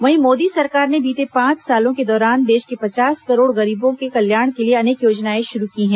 वहीं मोदी सरकार ने बीते पांच सालों के दौरान देश के पचास करोड़ गरीबों के कल्याण के लिए अनेक योजनाएं शुरू की हैं